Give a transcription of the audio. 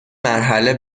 مرحله